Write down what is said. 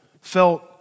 felt